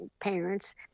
parents